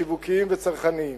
שיווקיים וצרכניים.